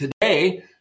Today